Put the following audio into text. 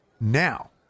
Now